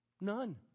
None